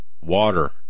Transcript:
Water